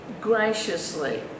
graciously